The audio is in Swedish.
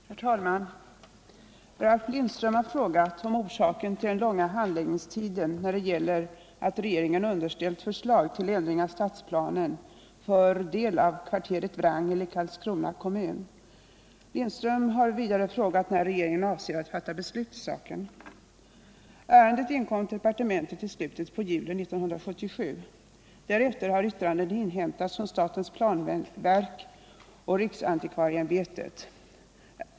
Herr talman! Ralf Lindström har frågat om orsaken till den långa behandlingstiden när det gäller ett regeringen underställt förslag till ändring av stadsplanen för del av kvarteret Wrangel i Karlskrona kommun. Ralf Lindström har vidare frågat när regeringen avser att fatta beslut i saken. Ärendet inkom till departementet i slutet av juli 1977. Därefter har yttranden inhämtats från statens planverk och riksantikvarieämbetet.